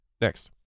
next